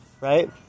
right